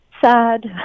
sad